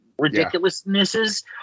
ridiculousnesses